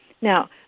Now